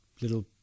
little